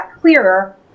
clearer